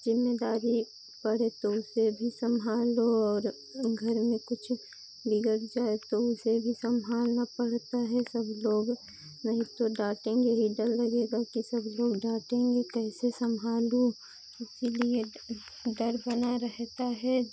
ज़िम्मेदारी पड़े तो उसे भी संभालो और घर में कुछ बिगड़ जाए तो उसे भी संभालना पड़ता है सब लोग नहीं तो डांटेंगे ही डर लगेगा कि सब लोग डांटेंगे कैसे संभालू इसीलिए डर बना रहता है